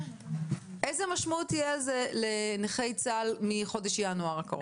איזו משמעות תהיה לזה לנכי צה"ל מחודש ינואר הקרוב?